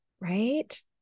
right